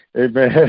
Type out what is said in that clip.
Amen